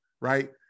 right